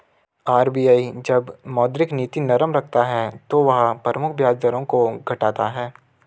RBI जब मौद्रिक नीति नरम रखता है तो वह प्रमुख ब्याज दरों को घटाता है